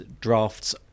drafts